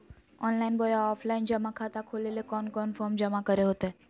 Online बोया offline जमा खाता खोले ले कोन कोन फॉर्म जमा करे होते?